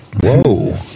Whoa